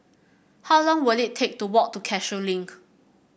how long will it take to walk to Cashew Link